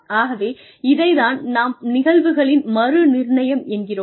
ஆகவே இதைத் தான் நாம் நிகழ்வுகளின் மறு நிர்ணயம் என்கிறோம்